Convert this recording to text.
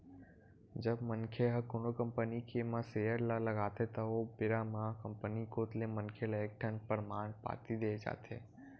जब मनखे ह कोनो कंपनी के म सेयर ल लगाथे त ओ बेरा म कंपनी कोत ले मनखे ल एक ठन परमान पाती देय जाथे